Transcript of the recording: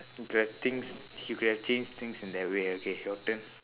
he could have things he could have changed things in that way okay your turn